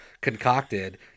concocted